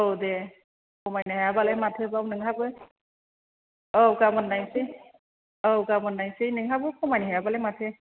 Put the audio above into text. औ दे खमायनो हायाबालाय माथोबाव नोंहाबो औ गाबोन नायनिसै औ गाबोन नायनिसै नोंहाबो खमायनो हायाबालाय माथो